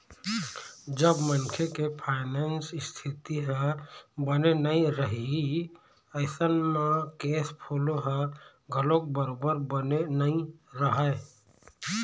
जब मनखे के फायनेंस इस्थिति ह बने नइ रइही अइसन म केस फोलो ह घलोक बरोबर बने नइ रहय